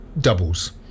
doubles